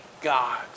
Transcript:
God